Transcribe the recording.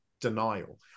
denial